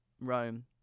Rome